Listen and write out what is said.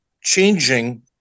changing